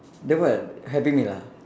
then what happy meal ah